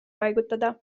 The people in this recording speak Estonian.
paigutada